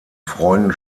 freunden